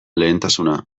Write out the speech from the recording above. lehentasuna